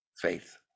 faith